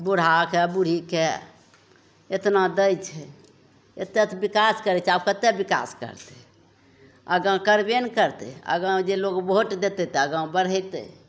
बूढ़ाके बूढ़ीके एतना दै छै एतेक तऽ विकास करै छै आब कतेक विकास करतै आगाँ करबे ने करतै आगाँ जे लोक भोट देतै तऽ आगाँ बढ़ेतै